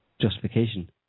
justification